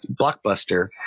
blockbuster